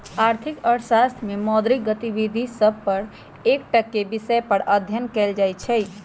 आर्थिक अर्थशास्त्र में मौद्रिक गतिविधि सभ पर एकटक्केँ विषय पर अध्ययन कएल जाइ छइ